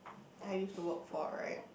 I used to work for right